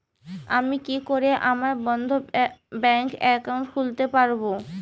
আমি কি করে আমার বন্ধ ব্যাংক একাউন্ট খুলতে পারবো?